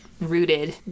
rooted